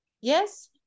yes